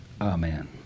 Amen